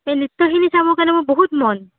এই নৃত্যখিনি চাবৰ কাৰণে মোৰ বহুত মন